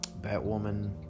Batwoman